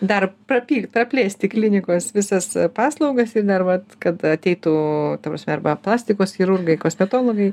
dar papil praplėsti klinikos visas paslaugas ir dar vat kad ateitų ta prasme arba plastikos chirurgai kosmetologai